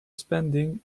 spending